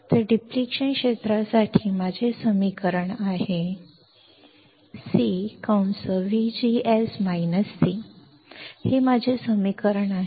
तर डिप्लेशन क्षेत्रासाठी माझे समीकरण आहे CVGS - C हे माझे समीकरण आहे